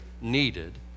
needed